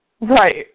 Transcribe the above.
Right